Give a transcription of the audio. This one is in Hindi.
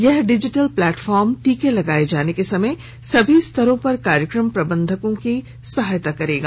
यह डिजिटल प्लेटफार्म टीके लगाए जाने के समय सभी स्तरों पर कार्यक्रम प्रबंधकों की सहायता करेगा